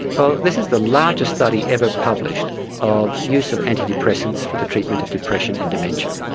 well this is the largest study ever published of use of antidepressants for the treatment of depression in dementia.